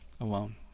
alone